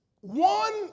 One